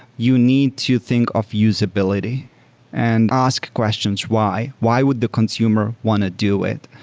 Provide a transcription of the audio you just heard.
you need to think of usability and ask questions why. why would the consumer want to do it?